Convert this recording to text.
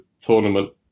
tournament